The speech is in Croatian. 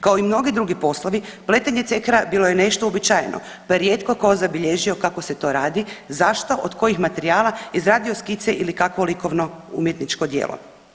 Kao i mnogi drugi poslovi pletenje cekera bilo je nešto uobičajeno pa je rijetko tko zabilježio kako se to radi, zašto, od kojih materijala, izradio skice ili kakovo likovno umjetničko djelo.